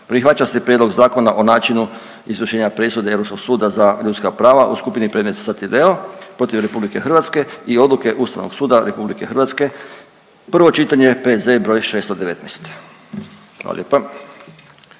Prihvaća se Prijedlog Zakona o načinu izvršenja presude Europskog suda za ljudska prava u skupini predmeta Statileo protiv RH i Odluke Ustavnog suda RH, prvo čitanje, P.Z. broj 619. Hvala lijepa.